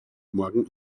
morgen